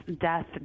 death